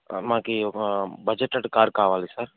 మాకు ఈ ఒక బడ్జెట్ అట కార్ కావాలి సార్